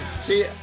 See